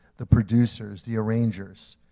the producers, the arrangers,